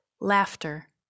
Laughter